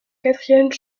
quatrième